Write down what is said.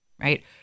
right